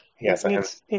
Yes